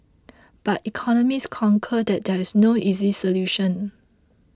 but economists concur that there is no easy solution